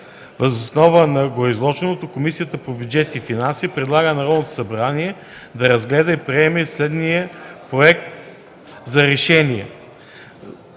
Въз основа на гореизложеното Комисията по бюджет и финанси предлага на Народното събрание да разгледа и приеме следния Проект за РЕШЕНИЕ